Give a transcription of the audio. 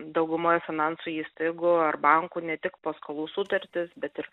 daugumoje finansų įstaigų ar bankų ne tik paskolų sutartis bet ir